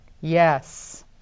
Yes